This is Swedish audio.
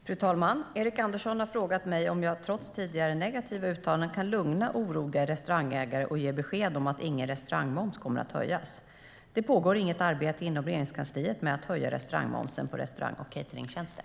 Fru talman! Erik Andersson har frågat mig om jag, trots tidigare negativa uttalanden, kan lugna oroliga restaurangägare och ge besked om att ingen restaurangmoms kommer att höjas. Det pågår inget arbete inom Regeringskansliet med att höja momsen på restaurang och cateringtjänster.